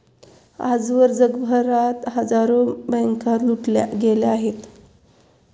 आजवर जगभरात हजारो बँका लुटल्या गेल्या आहेत